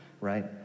right